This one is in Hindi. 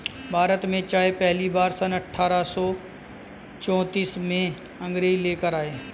भारत में चाय पहली बार सन अठारह सौ चौतीस में अंग्रेज लेकर आए